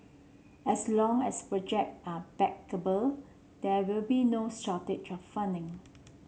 as long as project are bankable there will be no shortage funding